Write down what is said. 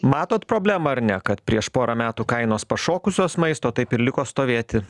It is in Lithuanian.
matot problemą ar ne kad prieš porą metų kainos pašokusios maisto taip ir liko stovėti